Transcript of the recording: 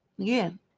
Again